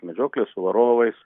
medžioklė su varovais